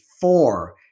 four